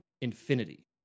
Infinity